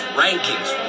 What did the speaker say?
rankings